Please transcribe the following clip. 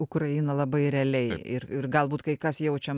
ukraina labai realiai ir ir galbūt kai kas jaučia